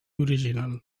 original